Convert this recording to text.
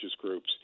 groups